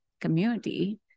community